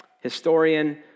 historian